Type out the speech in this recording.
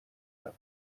رود